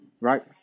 right